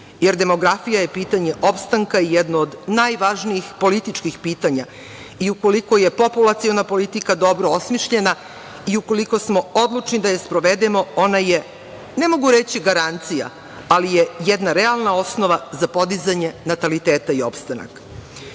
jer demografija je pitanje opstanka i jedno od najvažnijih političkih pitanja i, ukoliko je populaciona politika dobro osmišljena i ukoliko smo odlučni da je sprovedemo, ona je, ne mogu reći garancija, jedna realna osnova za podizanje nataliteta i opstanak. Ništa